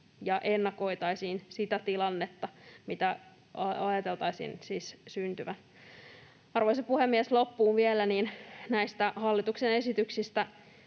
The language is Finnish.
ja ennakoitaisiin sitä tilannetta, minkä ajateltaisiin siis syntyvän. Arvoisa puhemies! Loppuun vielä: Näistä hallituksen esityksistä